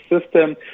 system